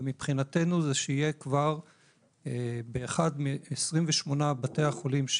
ומבחינתנו שכבר באחד מ-28 בתי החולים,